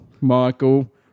Michael